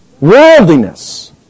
Worldliness